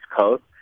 Coast